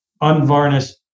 unvarnished